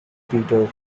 peters